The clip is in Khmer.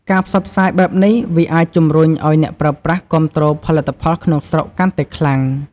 ការផ្សព្វផ្សាយបែបនេះ វាអាចជំរុញឱ្យអ្នកប្រើប្រាស់គាំទ្រផលិតផលក្នុងស្រុកកាន់តែខ្លាំង។